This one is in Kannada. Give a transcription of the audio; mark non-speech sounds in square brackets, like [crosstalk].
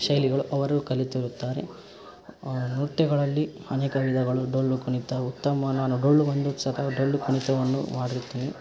ಶೈಲಿಗಳು ಅವರು ಕಲಿತಿರುತ್ತಾರೆ ನೃತ್ಯಗಳಲ್ಲಿ ಅನೇಕ ವಿಧಗಳು ಡೊಳ್ಳು ಕುಣಿತ ಉತ್ತಮ ನಾನು ಡೊಳ್ಳು ಬಂದು [unintelligible] ಡೊಳ್ಳು ಕುಣಿತವನ್ನು ಮಾಡಿರುತ್ತೇನೆ